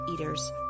eaters